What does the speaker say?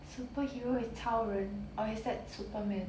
superhero is 超人 or is that superman